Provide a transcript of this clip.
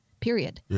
period